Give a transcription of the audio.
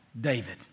David